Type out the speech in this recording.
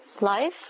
Life